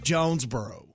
Jonesboro